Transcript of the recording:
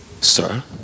sir